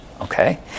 okay